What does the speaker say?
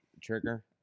Trigger